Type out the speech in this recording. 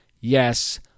yes